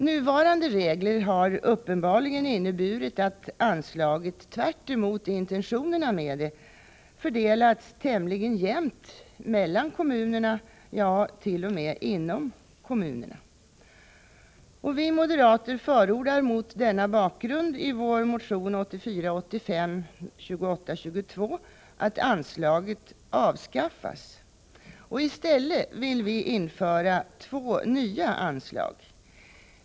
Nuvarande regler har uppenbarligen inneburit att anslaget — tvärtemot intentionerna — fördelats tämligen jämnt mellan kommunerna och t.o.m. inom kommunerna. Vi moderater förordar mot denna bakgrund i vår motion 1984/85:2822 att anslaget avskaffas. I stället vill vi införa två nya anslag.